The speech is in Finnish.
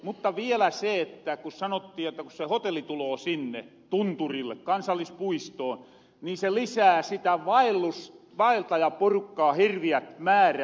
mutta vielä se kun sanottiin että kun se hotelli tuloo sinne tunturille kansallispuistoon niin se lisää sitä vaeltajaporukkaa hirviät määrät